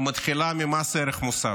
ומתחילה ממס ערך מוסף.